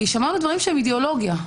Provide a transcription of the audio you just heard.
שמענו דברים שהם אידיאולוגיה,